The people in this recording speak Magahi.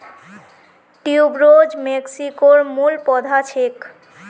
ट्यूबरोज मेक्सिकोर मूल पौधा छेक